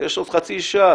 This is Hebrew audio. יש עוד חצי שעה,